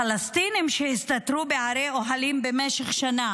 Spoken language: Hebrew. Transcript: פלסטינים שהסתתרו בערי אוהלים במשך שנה